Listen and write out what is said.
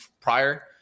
prior